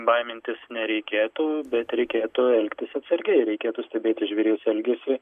baimintis nereikėtų bet reikėtų elgtis atsargiai reikėtų stebėti žvėries elgesį